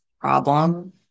problem